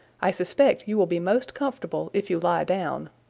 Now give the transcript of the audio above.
i suspect you will be most comfortable if you lie down,